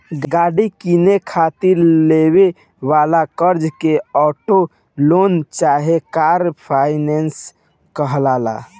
गाड़ी किने खातिर लेवे वाला कर्जा के ऑटो लोन चाहे कार फाइनेंस कहाला